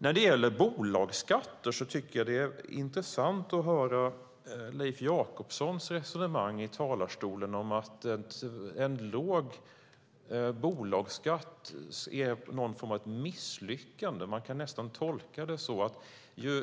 När det gäller bolagsskatter tycker jag att det är intressant att höra Leif Jakobssons resonemang i talarstolen om att en låg bolagsskatt är någon form av ett misslyckande. Man kan nästan tolka det så att